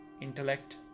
intellect